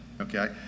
okay